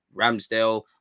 Ramsdale